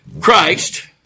Christ